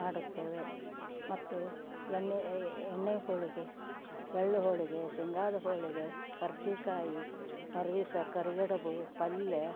ಮಾಡುತ್ತೇವೆ ಮತ್ತು ಎಣ್ಣೆ ಎಣ್ಣೆ ಹೋಳಿಗೆ ಎಳ್ಳು ಹೋಳಿಗೆ ಶೇಂಗಾದ ಹೋಳಿಗೆ ಕರಜಿಕಾಯಿ ಮರುದಿವ್ಸ ಕರಿಗಡುಬು ಪಲ್ಯ